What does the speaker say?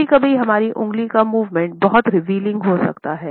कभी कभी हमारी उंगली का मूवमेंट बहुत रीवीलिंग हो सकता है